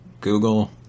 Google